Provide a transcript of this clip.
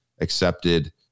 accepted